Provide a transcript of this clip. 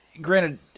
Granted